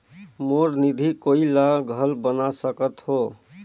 मोर निधि कोई ला घल बना सकत हो?